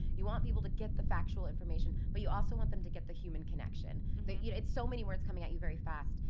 you want people to get the factual information but you also want them to get the human connection. that, you know, it's so many words coming at you very fast,